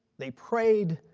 they prayed,